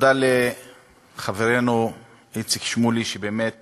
תודה לחברנו איציק שמולי, שבאמת